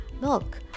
milk